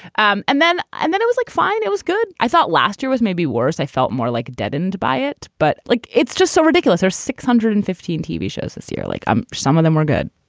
um and then and then it was like, fine. it was good. i thought last year was maybe worse. i felt more like deadened by it. but like, it's just so ridiculous. or six hundred and fifteen tv shows this year, like i'm some of them were good.